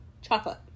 chocolate